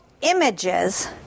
images